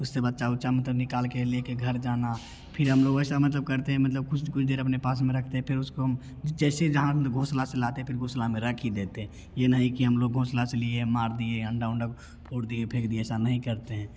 उससे बच्चा उच्चा मतलब निकाल कर ले कर घर जाना फिर हम लोग वैसा मतलब करते मतलब कुछ कुछ देर अपने पास में रखते फिर उसको हम जैसे जहाँ घोसला से लाते फिर घोसला में रख ही देते ये नहीं कि हम लोग घोसला से लिए मार दिए अंडा उंडा फोड़ दिए फेंक दिए ऐसा नहीं करते हैं